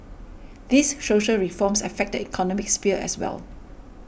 these social reforms affect the economic sphere as well